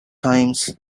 times